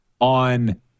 on